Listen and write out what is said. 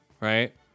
right